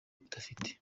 adafite